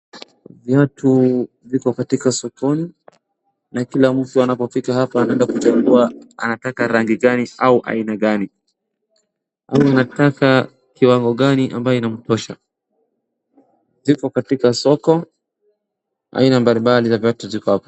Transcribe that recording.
Viatu ziko katika sokoni, na kila mtu anapofika hapa anaenda kuchangua anataka rangi gani au aina gani ,au unataka kiwango gani ambao inamtoshea. Ziko katika soko, aina mbalimbali za viatu ziko hapa.